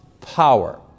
power